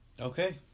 Okay